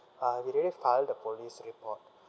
uh we already file the police report